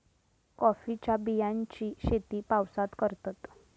कॉफीच्या बियांची शेती पावसात करतत